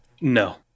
no